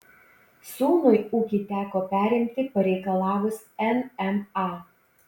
sūnui ūkį teko perimti pareikalavus nma